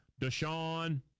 Deshaun